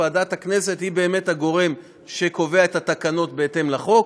ועדת הכנסת היא באמת הגורם שקובע את התקנות בהתאם לחוק,